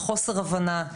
בחוסר הבנה,